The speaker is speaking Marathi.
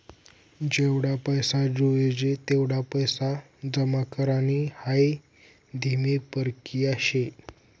जेवढा पैसा जोयजे तेवढा पैसा जमा करानी हाई धीमी परकिया शे